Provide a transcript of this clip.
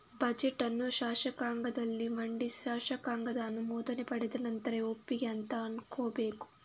budget ಅನ್ನು ಶಾಸಕಾಂಗದಲ್ಲಿ ಮಂಡಿಸಿ ಶಾಸಕಾಂಗದ ಅನುಮೋದನೆ ಪಡೆದ ನಂತರವೇ ಒಪ್ಪಿಗೆ ಅಂತ ಅಂದ್ಕೋಬೇಕು